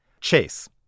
Chase